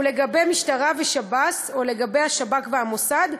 ולגבי משטרה ושב"ס או לגבי השב"כ והמוסד,